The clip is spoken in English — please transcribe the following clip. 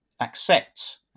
accept